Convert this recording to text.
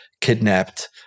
kidnapped